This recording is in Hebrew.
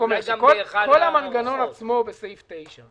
המנגנון בסעיף 9,